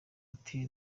ati